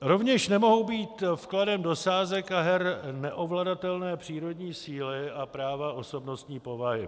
Rovněž nemohou být vkladem do sázek a her neovladatelné přírodní síly a práva osobnostní povahy.